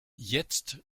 jetzt